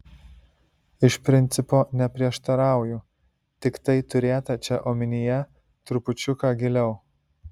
iš principo neprieštarauju tiktai turėta čia omenyje trupučiuką giliau